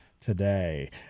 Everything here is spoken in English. today